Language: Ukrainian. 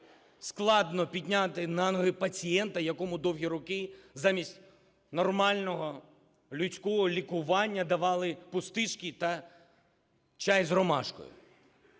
Складно підняти на ноги пацієнта, якому довгі роки замість нормального людського лікування давали пустишки та чай з ромашкою.